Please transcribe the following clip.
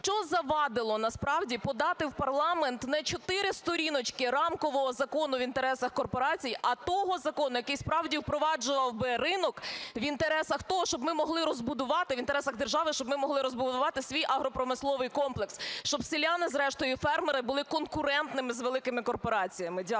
Що завадило насправді подати в парламент не 4 сторіночки рамкового закону в інтересах корпорацій, а того закону, який справді впроваджував би ринок в інтересах того, щоб ми могли розбудувати, в інтересах держави, щоб ми могли розбудувати свій агропромисловий комплекс, щоб селяни зрештою і фермери були конкурентними з великими корпораціями. Дякую.